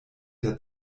der